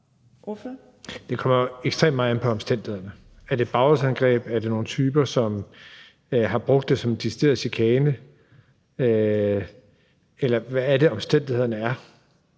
Det kommer jo ekstremt meget an på omstændighederne. Er det et bagholdsangreb? Er der nogle typer, som har brugt det som en decideret chikane? Eller hvad er omstændighederne?